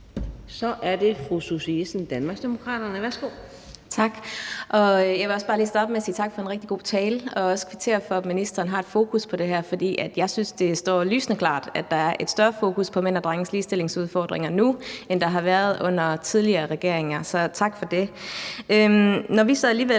Så er det fru Susie Jessen, Danmarksdemokraterne. Værsgo. Kl. 10:15 Susie Jessen (DD): Tak. Jeg vil også starte med at sige tak for en rigtig god tale og også kvittere for, at ministeren har et fokus på det her, for jeg synes, det står lysende klart, at der et større fokus på mænd og drenges ligestillingsudfordringer nu, end der har været under tidligere regeringer. Så tak for det. Vi mener så alligevel